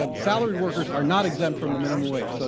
ah salaried workers are not exempt from the minimum wage, so